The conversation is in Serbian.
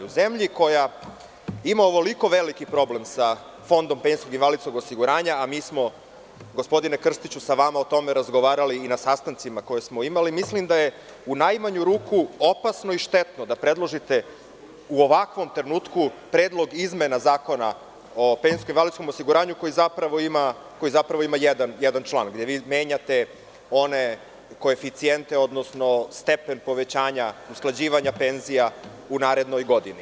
U zemlji koja ima ovoliko veliki problem sa Fondom PIO, a mi smo, gospodine Krstiću, sa vama o tome razgovarali i na sastancima koje smo imali, mislim da je u najmanju ruku opasno i štetno da u ovakvom trenutku predložite Predlog zakona o izmeni Zakona o penzijskom i invalidskom osiguranju, koji zapravo ima jedan član, gde vi menjate koeficijente, odnosno stepen povećanja usklađivanja penzija u narednoj godini.